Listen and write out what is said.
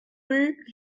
rue